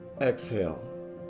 exhale